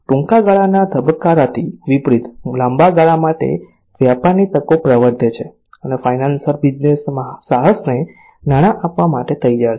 ટૂંકા ગાળાના ધબકારાથી વિપરીત લાંબા ગાળા માટે વ્યાપારની તકો પ્રવર્તે છે અને ફાઇનાન્સર બિઝનેસ સાહસને નાણાં આપવા તૈયાર છે